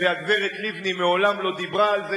והגברת לבני מעולם לא דיברה על זה.